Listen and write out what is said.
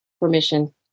permission